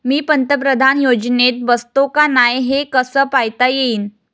मी पंतप्रधान योजनेत बसतो का नाय, हे कस पायता येईन?